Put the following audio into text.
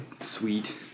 sweet